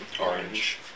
Orange